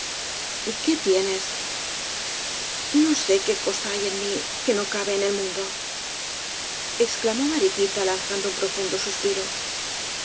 qué tienes no sé qué cosa hay en mí que no cabe en el mundo exclamó mariquita lanzando un profundo suspiro